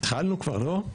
התחלנו כבר לא?